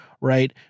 right